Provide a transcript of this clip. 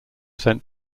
sent